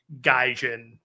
Gaijin